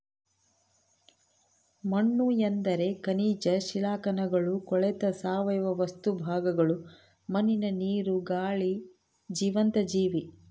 ಮಣ್ಣುಎಂದರೆ ಖನಿಜ ಶಿಲಾಕಣಗಳು ಕೊಳೆತ ಸಾವಯವ ವಸ್ತು ಭಾಗಗಳು ಮಣ್ಣಿನ ನೀರು, ಗಾಳಿ ಜೀವಂತ ಜೀವಿ